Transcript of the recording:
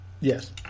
yes